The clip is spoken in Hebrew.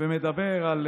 ומדבר על